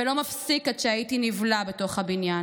ולא מפסיק עד שהייתי נבלע בתוך הבניין,